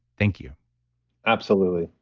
thank you absolutely.